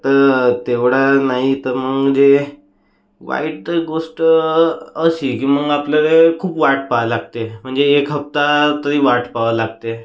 तर तेवढा नाही तर मग जे वाईट गोष्ट अशी की मग आपल्याला खूप वाट पाह लागते म्हणजे एक हप्ता तरी वाट पाहावं लागते